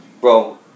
bro